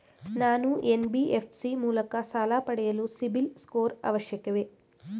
ನಾನು ಎನ್.ಬಿ.ಎಫ್.ಸಿ ಮೂಲಕ ಸಾಲ ಪಡೆಯಲು ಸಿಬಿಲ್ ಸ್ಕೋರ್ ಅವಶ್ಯವೇ?